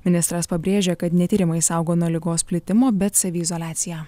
ministras pabrėžė kad ne tyrimai saugo nuo ligos plitimo bet saviizoliacija